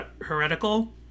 heretical